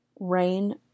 rain